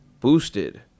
Boosted